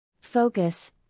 Focus